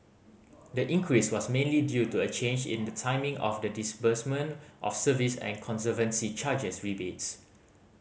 the increase was mainly due to a change in the timing of the disbursement of service and conservancy charges rebates